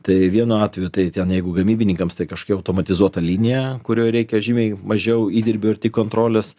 tai vienu atveju tai ten jeigu gamybininkams tai kažkokia automatizuota linija kurioj reikia žymiai mažiau įdirbio ir tik kontrolės